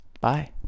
Bye